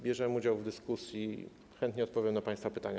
Bierzemy udział w dyskusji, chętnie odpowiem na państwa pytania.